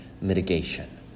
mitigation